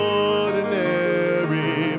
ordinary